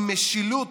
עם משילות